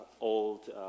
old